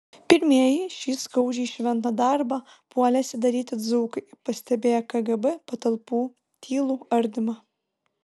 pirmieji šį skaudžiai šventą darbą puolėsi daryti dzūkai pastebėję kgb patalpų tylų ardymą